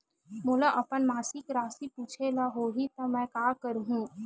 मोला अपन मासिक राशि पूछे ल होही त मैं का करहु?